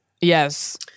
yes